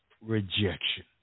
rejection